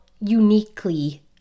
uniquely